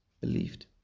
believed